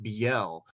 BL